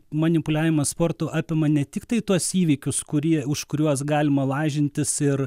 manipuliavimas sportu apima ne tiktai tuos įvykius kurie už kuriuos galima lažintis ir